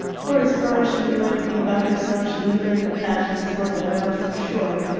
for as far as she knew anything about herself, she knew that her passions, once aroused, were sure.